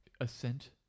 assent